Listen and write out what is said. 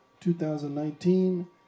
2019